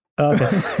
Okay